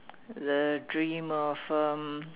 the dream of um